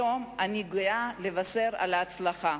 היום אני גאה לבשר על ההצלחה.